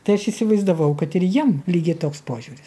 tai aš įsivaizdavau kad ir jiem lygiai toks požiūris